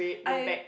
I